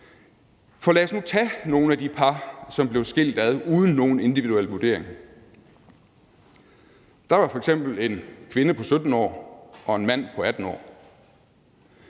For lad os nu tage nogle af de par, som blev skilt ad uden nogen individuel vurdering. Der var f.eks. en kvinde på 17 år og en mand på 18 år.